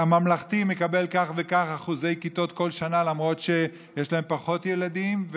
הממלכתי מקבל כך וכך אחוזי כיתות כל שנה למרות שיש להם פחות ילדים,